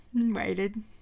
waited